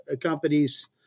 companies